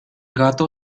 gato